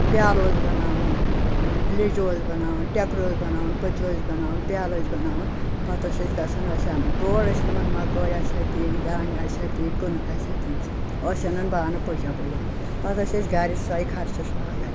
پیلہٕ اوس بَناوان لیجو بَناوُن ٹیٚکرٕ اوس بَناوان پٔتلہٕ ٲسۍ بَناوان پیالہٕ ٲسۍ بَناوان پَتہٕ ٲسۍ أسۍ گژھان ٲسۍ اَنن تور ٲسۍ نِوان مکٲے آسیا تہ دانہِ آسیا تہ کٕنُک آسیٛا تہ ٲسۍ اَنان بانہٕ پٔجا پٔجا پَتہٕ ٲسۍ أسۍ گرِ سوے خرچَس لاگان